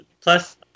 Plus